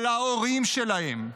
על ההורים שלהם.